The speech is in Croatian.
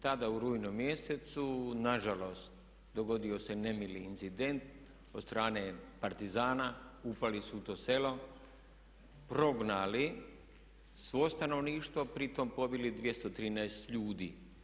Tada u rujnu mjesecu na žalost dogodio se nemili incident od strane partizana, upali su u to selo, prognali svo stanovništvo, pritom pobili 213. ljudi.